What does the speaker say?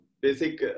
basic